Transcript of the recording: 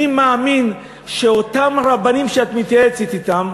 שאני מאמין שאותם רבנים שאת מתייעצת אתם,